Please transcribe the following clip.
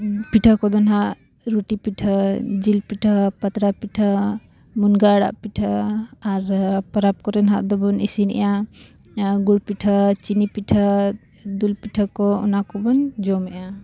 ᱯᱤᱴᱷᱟᱹ ᱠᱚᱫᱚ ᱱᱟᱜ ᱨᱩᱴᱤ ᱯᱤᱴᱷᱟᱹ ᱡᱤᱞ ᱯᱤᱴᱷᱟᱹ ᱯᱟᱛᱲᱟ ᱯᱤᱴᱷᱟᱹ ᱢᱩᱱᱜᱟᱹ ᱟᱲᱟᱜ ᱯᱤᱴᱷᱟᱹ ᱟᱨ ᱯᱚᱨᱚᱵᱽ ᱠᱚᱨᱮ ᱦᱟᱸᱜ ᱫᱚᱵᱚᱱ ᱤᱥᱤᱱᱮᱜᱼᱟ ᱜᱩᱲ ᱯᱤᱴᱷᱟᱹ ᱪᱤᱱᱤ ᱯᱤᱴᱷᱟᱹ ᱫᱩᱞ ᱯᱤᱴᱷᱟᱹ ᱠᱚ ᱚᱱᱟ ᱠᱚᱵᱚᱱ ᱡᱚᱢᱮᱜᱼᱟ